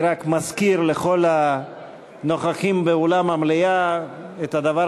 אני רק מזכיר לכל הנוכחים באולם המליאה את הדבר